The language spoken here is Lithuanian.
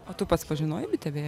o tu pats pažinojai bitę beje